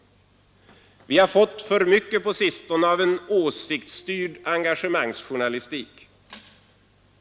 Vi har på sistone fått för mycket av en åsiktsstyrd engagemangsjournalistik.